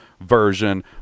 version